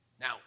Now